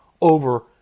over